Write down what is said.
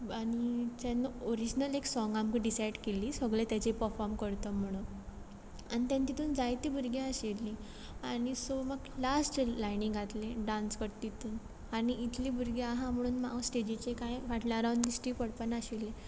आनी जेन्ना ऑरिजनल एक साँग आमकां डिसायड केली सगले तेजे पर्फोम करत म्हणोन आनी तेणे तितून जायते भुरगे आशिल्लीं आनी सो म्हाका लास्ट लायनी घातलें डान्स करता तितून आनी इतलीं भुरगीं आहा म्हूण हांव स्टेजीचे कांय फाटल्यान रावोन दिश्टी पडपाना नाशिल्लें